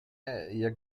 jak